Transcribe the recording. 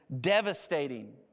devastating